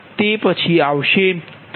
તે પછી આવશે